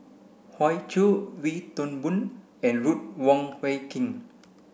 Hoey Choo Wee Toon Boon and Ruth Wong Hie King